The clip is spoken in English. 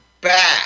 back